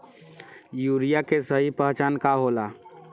Urea के सही पहचान का होला?